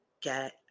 get